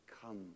come